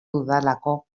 dudalako